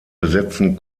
besetzten